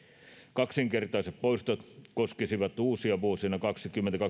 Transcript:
kaksinkertaiset poistot koskisivat uusia vuosina kaksikymmentä